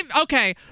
Okay